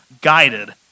guided